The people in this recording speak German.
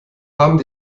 haben